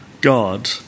God